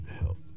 help